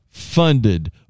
Funded